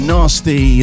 Nasty